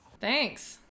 Thanks